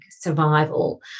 survival